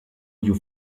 you